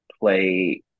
play